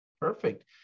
Perfect